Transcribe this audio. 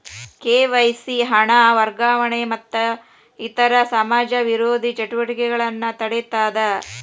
KYC ಹಣ ವರ್ಗಾವಣೆ ಮತ್ತ ಇತರ ಸಮಾಜ ವಿರೋಧಿ ಚಟುವಟಿಕೆಗಳನ್ನ ತಡೇತದ